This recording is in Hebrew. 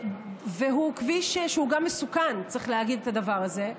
הוא גם כביש מסוכן, צריך להגיד את הדבר הזה.